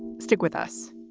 stick with us.